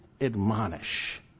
Admonish